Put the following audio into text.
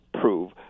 prove